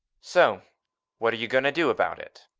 so what are you going to do about it?